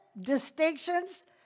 distinctions